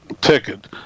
ticket